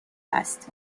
است